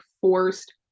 forced